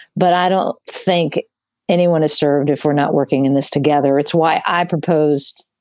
but i don't think anyone is served if we're not working in this together. it's why i proposed.